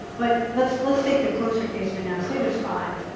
but let's let's take the closer case for now. say there's five.